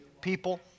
people